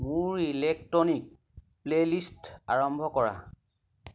মোৰ electronic playlist আৰম্ভ কৰা